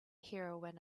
heroine